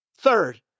Third